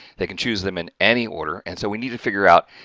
they can choose them in any order and so we need to figure out,